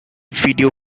video